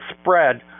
spread